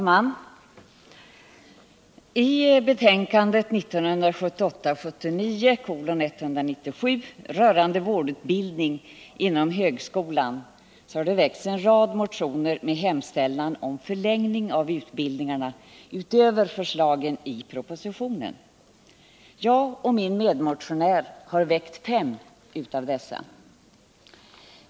Herr talman! I utbildningsutskottets betänkande nr 7 rörande vårdutbildning inom högskolan behandlas en rad motioner med hemställan om förlängning av utbildningarna utöver förslagen i propositionen. Jag och min medmotionär har väckt fem av dessa.